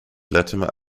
latymer